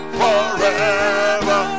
forever